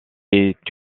est